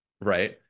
Right